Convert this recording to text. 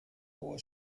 hohe